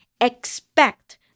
Expect